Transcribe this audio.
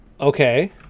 Okay